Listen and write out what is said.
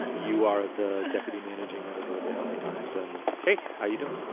you are the deputy managing editor of the l a. times. and hey, how you doing?